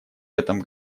этом